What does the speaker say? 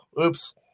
oops